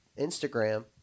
Instagram –